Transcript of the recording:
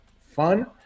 Fun